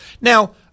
Now